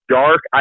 dark